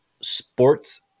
sports